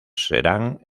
serán